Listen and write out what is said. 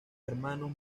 hermanos